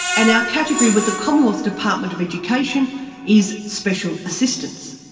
and our category with the commonwealth department of education is special assistance.